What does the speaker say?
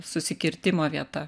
susikirtimo vieta